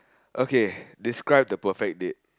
okay describe the perfect date